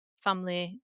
family